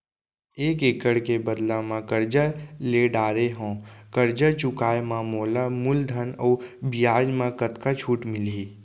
एक एक्कड़ के बदला म करजा ले डारे हव, करजा चुकाए म मोला मूलधन अऊ बियाज म कतका छूट मिलही?